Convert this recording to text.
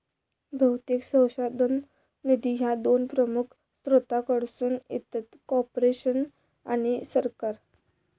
बहुतेक संशोधन निधी ह्या दोन प्रमुख स्त्रोतांकडसून येतत, कॉर्पोरेशन आणि सरकार